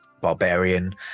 barbarian